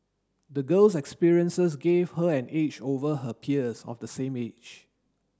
the girl's experiences gave her an edge over her peers of the same age